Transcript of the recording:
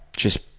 just